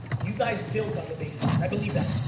you guys built on the basics. i believe that,